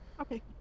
Okay